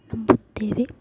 ನಂಬುತ್ತೇವೆ